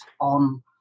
on